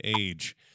age